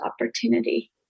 opportunity